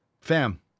Fam